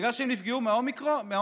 בגלל שהם נפגעו מהאומיקרון?